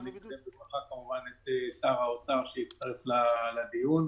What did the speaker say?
ואני מקדם בברכה את שר האוצר שהצטרף לדיון.